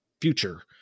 future